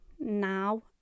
now